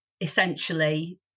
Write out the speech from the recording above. essentially –